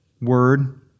Word